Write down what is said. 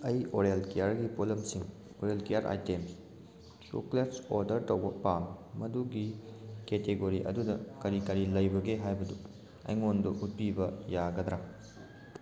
ꯑꯩ ꯑꯣꯔꯦꯜ ꯀꯦꯌꯔꯒꯤ ꯄꯣꯠꯂꯝꯁꯤꯡ oral care item chocolates order ꯇꯧꯕ ꯄꯥꯝꯃꯤ ꯃꯗꯨꯒꯤ ꯀꯦꯇꯦꯒꯣꯔꯤ ꯑꯗꯨꯗ ꯀꯔꯤ ꯀꯔꯤ ꯂꯩꯕꯒꯦ ꯍꯥꯏꯕꯗꯨ ꯑꯩꯉꯣꯟꯗ ꯎꯠꯄꯤꯕ ꯌꯥꯒꯗ꯭ꯔꯥ